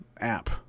app